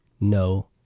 No